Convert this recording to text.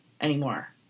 anymore